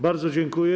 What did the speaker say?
Bardzo dziękuję.